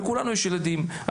לכולנו יש ילדים.